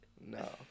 no